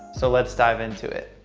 so let's dive into it.